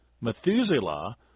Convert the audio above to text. Methuselah